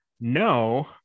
no